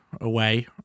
away